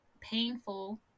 painful